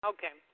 Okay